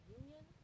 union